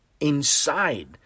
inside